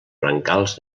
brancals